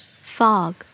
Fog